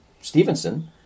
Stevenson